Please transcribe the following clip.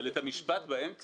אבל לקטוע את המשפט באמצע?